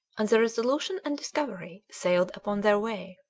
and the resolution and discovery sailed upon their way.